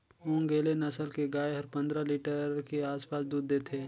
ओन्गेले नसल के गाय हर पंद्रह लीटर के आसपास दूद देथे